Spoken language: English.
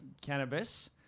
cannabis